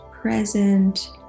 present